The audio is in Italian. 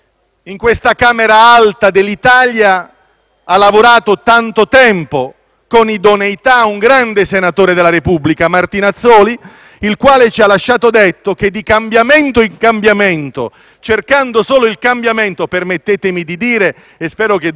con idoneità, un grande senatore della Repubblica, Martinazzoli, il quale ci ha lasciato detto che di cambiamento in cambiamento, cercando solo il cambiamento - permettetemi di dire, e spero che domani non si dica solo questo - si corre il rischio di incontrare